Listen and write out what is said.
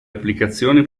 applicazioni